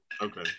Okay